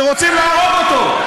שרוצים להרוג אותו.